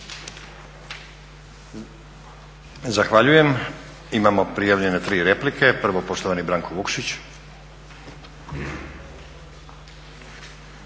Zahvaljujem. Imamo prijavljene 3 replike. Prvo poštovani Branko Vukšić.